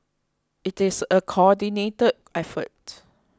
it is a coordinated effort